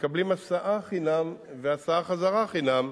מקבלים הסעה חינם והסעה חזרה חינם.